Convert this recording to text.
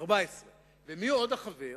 14. ומיהו העוד חבר?